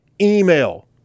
email